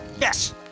Yes